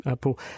Paul